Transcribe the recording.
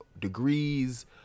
degrees